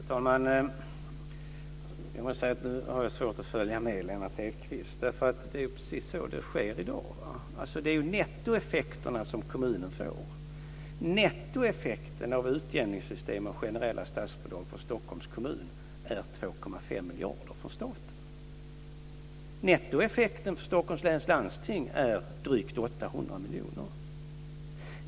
Fru talman! Jag måste säga att nu har jag svårt att hänga med Lennart Hedquist, därför att det är precis så det sker i dag. Det är nettoeffekterna som kommunen får. Nettoeffekten av utjämningssystemen och generella statsbidrag för Stockholms kommun är 2,5 miljarder från staten. Nettoeffekten för Stockholms läns landsting är drygt 800 miljoner.